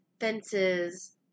Fences